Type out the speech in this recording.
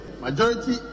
majority